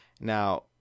Now